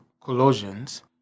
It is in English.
Colossians